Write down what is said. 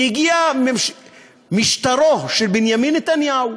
והגיע משטרו של בנימין נתניהו.